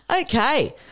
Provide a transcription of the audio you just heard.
Okay